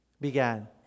began